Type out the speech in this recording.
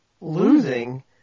losing